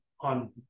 on